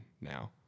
now